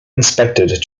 inspected